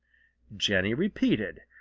jenny repeated,